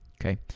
Okay